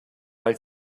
weil